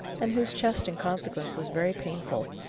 and whose chest in consequence was very painful,